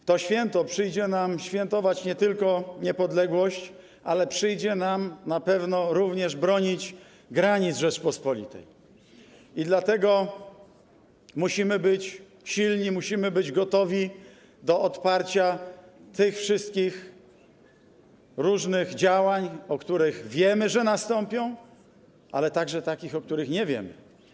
W to święto przyjdzie nam świętować nie tylko niepodległość, ale przyjdzie nam na pewno również bronić granic Rzeczypospolitej i dlatego musimy być silni, musimy być gotowi do odparcia tych wszystkich różnych działań, o których wiemy, że nastąpią, ale także takich, o których nie wiemy.